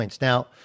Now